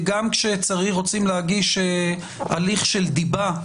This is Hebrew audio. גם כשרוצים להגיש הליך של דיבה,